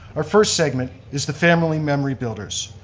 our first segment is the family memory builders.